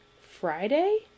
Friday